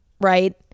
right